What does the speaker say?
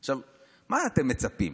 מה אתם מצפים,